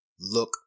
look